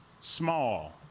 small